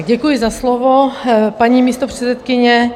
Děkuji za slovo, paní místopředsedkyně.